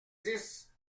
dix